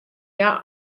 hja